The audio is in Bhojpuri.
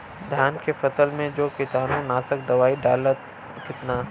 धान के फसल मे जो कीटानु नाशक दवाई डालब कितना?